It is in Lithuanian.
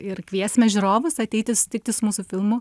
ir kviesime žiūrovus ateiti susitikti su mūsų filmu